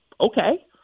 okay